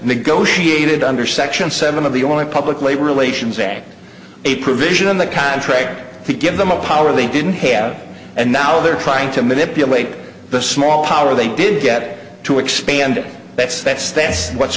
negotiated under section seven of the only public labor relations a a provision in the contract to give them a power they didn't have and now they're trying to manipulate the small power they didn't get to expand it that's that's this what's